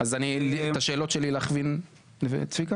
את השאלות שלי להכווין לחבר הכנסת פוגל?